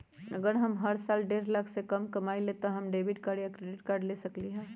अगर हम हर साल डेढ़ लाख से कम कमावईले त का हम डेबिट कार्ड या क्रेडिट कार्ड ले सकली ह?